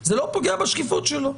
זה לא פוגע בשקיפות שלו.